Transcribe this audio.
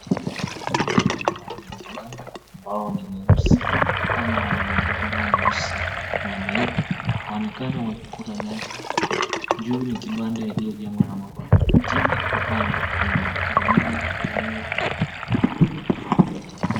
Ng'ombe walio ndani ya kibanda, ambao ni weusi ama wana madoadoa meusi na ya meupe. Wanaonekana wakikula nyasi. Juu ni kibanda iliyojengwa kwa mabati. Chini upande, kuna gunia iliyo...